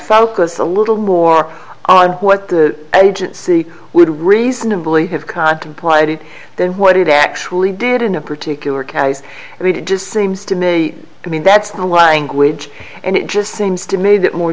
focus a little more on what the agency would reasonably have contemplated than what it actually did in a particular case and it just seems to me i mean that's the language and it just seems to me that more